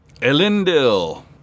Elendil